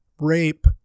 rape